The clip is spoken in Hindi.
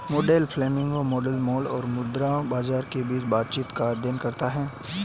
मुंडेल फ्लेमिंग मॉडल माल और मुद्रा बाजार के बीच बातचीत का अध्ययन करता है